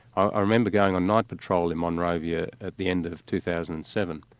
ah remember going on night patrol in monrovia at the end of two thousand and seven,